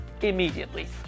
immediately